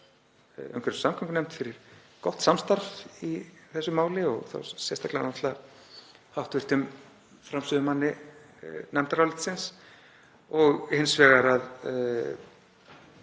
umhverfis- og samgöngunefnd fyrir gott samstarf í þessu máli, og þá sérstaklega hv. framsögumanni nefndarálitsins, og hins vegar að